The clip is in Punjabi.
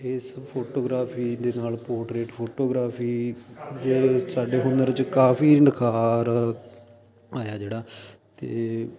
ਇਸ ਫੋਟੋਗ੍ਰਾਫੀ ਦੇ ਨਾਲ ਪੋਰਟਰੇਟ ਫੋਟੋਗ੍ਰਾਫੀ ਜੇ ਸਾਡੇ ਹੁਨਰ 'ਚ ਕਾਫੀ ਨਿਖਾਰ ਆਇਆ ਜਿਹੜਾ ਅਤੇ